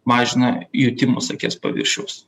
mažina jutimus akies paviršiaus